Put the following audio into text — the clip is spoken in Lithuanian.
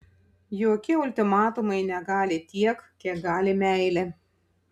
jokie ultimatumai negali tiek kiek gali meilė